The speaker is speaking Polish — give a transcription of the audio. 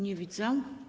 Nie widzę.